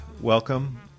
welcome